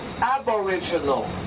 Aboriginal